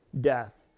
death